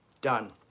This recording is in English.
done